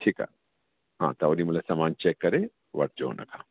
ठीकु आहे हा त ओॾीमहिल सामान चैक करे वटि जो हुन खां